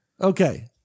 Okay